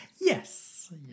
yes